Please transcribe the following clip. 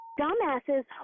dumbasses